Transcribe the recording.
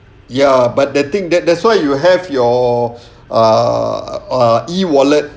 ya but the thing that that's why you have your uh uh e wallet